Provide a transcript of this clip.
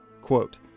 Quote